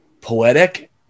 poetic